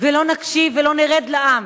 ולא נקשיב ולא נרד לעם